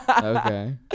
Okay